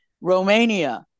Romania